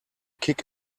kick